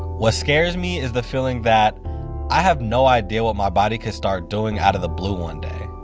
what scares me is the feeling that i have no idea what my body could start doing out of the blue one day.